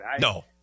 No